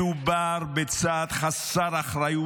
מדובר בצעד חסר אחריות,